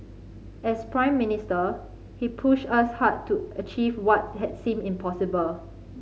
as Prime Minister he pushed us hard to achieve what had seemed impossible